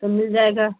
तो मिल जाएगा